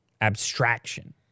Abstraction